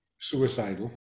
suicidal